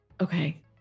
okay